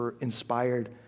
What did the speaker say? inspired